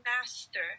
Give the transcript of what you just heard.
master